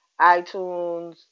iTunes